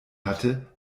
hatte